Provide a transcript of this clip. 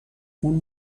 اون